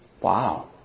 Wow